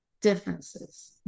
differences